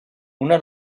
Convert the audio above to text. una